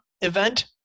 event